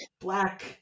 Black